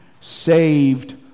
saved